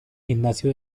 gimnasio